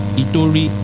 itori